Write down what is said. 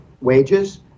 wages